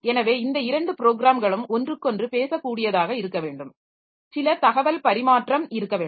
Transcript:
எனவே இந்த இரண்டு ப்ரோகிராம்களும் ஒன்றுக்கொன்று பேசக்கூடியதாக இருக்க வேண்டும் சில தகவல் பரிமாற்றம் இருக்க வேண்டும்